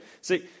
See